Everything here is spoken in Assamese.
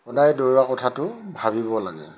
সদায় দৌৰা কথাটো ভাবিব লাগে